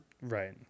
Right